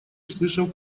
услышав